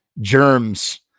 germs